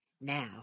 Now